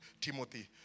Timothy